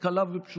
היא קלה ופשוטה.